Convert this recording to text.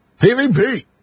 PVP